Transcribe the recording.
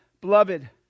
Beloved